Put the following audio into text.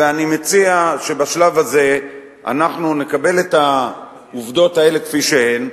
ואני מציע שבשלב הזה אנחנו נקבל את העובדות האלה כפי שהן,